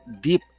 deep